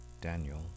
Daniel